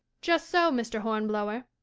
just so, mr. hornblower.